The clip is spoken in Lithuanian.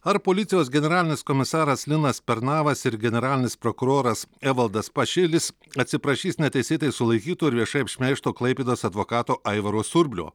ar policijos generalinis komisaras linas pernavas ir generalinis prokuroras evaldas pašilis atsiprašys neteisėtai sulaikyto ir viešai apšmeižto klaipėdos advokato aivaro surblio